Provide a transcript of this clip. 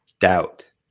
doubt